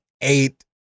eight